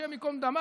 השם ייקום דמם,